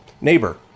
Neighbor